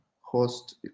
host